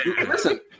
listen